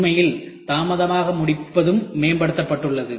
உண்மையில் தாமதமாக முடிப்பதும் மேம்படுத்தப்பட்டுள்ளது